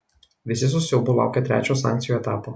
visi su siaubu laukia trečiojo sankcijų etapo